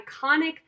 iconic